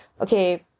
Okay